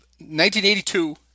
1982